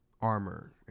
armor